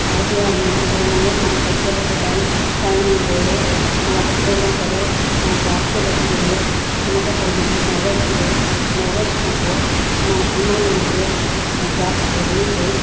आई T M में मुंहिंजो नवे खां पंज बजे ताईं टाइम हूंदो हुयो उहा डिप्लोमा करे मां जॉब ते लॻी वई हुयसि हुन खां पोइ मुंहिंजी मैरिज थी वई मैरिज खां पोइ मां पूना में हली वियसि ऐं जॉब छोड़नी पई